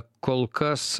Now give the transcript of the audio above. kol kas